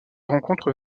rencontre